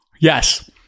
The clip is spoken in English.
Yes